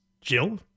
Jill